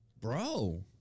Bro